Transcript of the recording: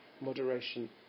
moderation